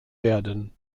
werden